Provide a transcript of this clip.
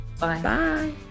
Bye